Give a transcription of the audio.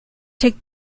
take